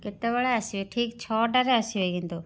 କେତେବେଳେ ଆସିବେ ଠିକ୍ ଛଅଟାରେ ଆସିବେ କିନ୍ତୁ